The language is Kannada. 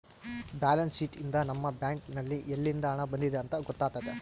ಬ್ಯಾಲೆನ್ಸ್ ಶೀಟ್ ಯಿಂದ ನಮ್ಮ ಬ್ಯಾಂಕ್ ನಲ್ಲಿ ಯಲ್ಲಿಂದ ಹಣ ಬಂದಿದೆ ಅಂತ ಗೊತ್ತಾತತೆ